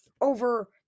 over